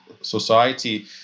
society